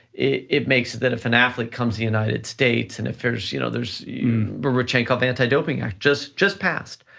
it it makes it that if an athlete comes the united states and if there's you know others, but rodchenkov anti-doping act just just passed